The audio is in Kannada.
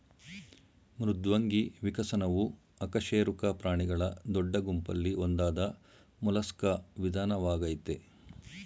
ಮೃದ್ವಂಗಿ ವಿಕಸನವು ಅಕಶೇರುಕ ಪ್ರಾಣಿಗಳ ದೊಡ್ಡ ಗುಂಪಲ್ಲಿ ಒಂದಾದ ಮೊಲಸ್ಕಾ ವಿಧಾನವಾಗಯ್ತೆ